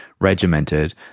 regimented